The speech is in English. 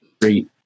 great